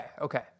okay